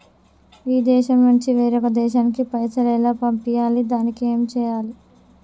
ఈ దేశం నుంచి వేరొక దేశానికి పైసలు ఎలా పంపియ్యాలి? దానికి ఏం చేయాలి?